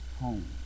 home